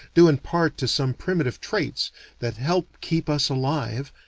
due in part to some primitive traits that help keep us alive,